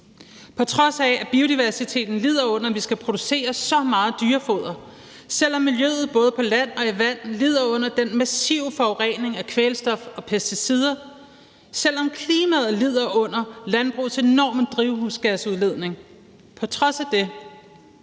på trods af at biodiversiteten lider under, at vi skal producere så meget dyrefoder, og selv om miljøet både på land og i vand lider under den massive forurening af kvælstof og pesticider, og selv om klimaet lider under landbrugets enorme drivhusgasudledning. På trods af det